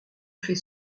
fait